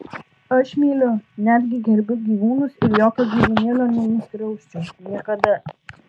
aš myliu netgi gerbiu gyvūnus ir jokio gyvūnėlio nenuskriausčiau niekada